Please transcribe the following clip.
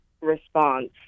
response